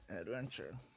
adventure